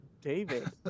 David